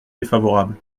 défavorable